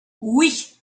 oui